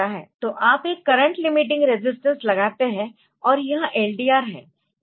तो आप एक करंट लिमिटिंग रेजिस्टेंस लगाते है और यह LDR है